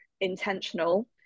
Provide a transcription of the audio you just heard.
intentional